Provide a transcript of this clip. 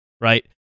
right